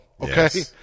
okay